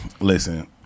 Listen